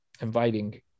inviting